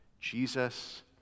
Jesus